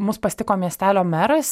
mus pasitiko miestelio meras